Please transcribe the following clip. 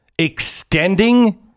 Extending